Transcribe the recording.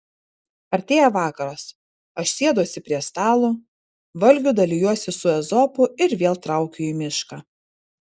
artėja vakaras aš sėduosi prie stalo valgiu dalijuosi su ezopu ir vėl traukiu į mišką